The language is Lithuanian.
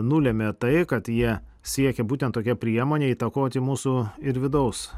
nulemia tai kad jie siekia būtent tokia priemone įtakoti mūsų ir vidaus